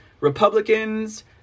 Republicans